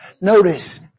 Notice